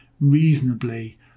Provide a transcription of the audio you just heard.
reasonably